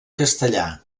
castellà